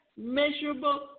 measurable